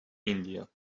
india